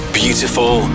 beautiful